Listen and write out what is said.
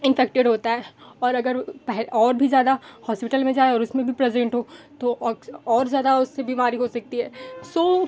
infected होता है और अगर और भी ज़्यादा हॉस्पिटल में जाए और उसमें भी प्रेज़ेंट हो तो और ज़्यादा उससे बीमारी हो सकती है सो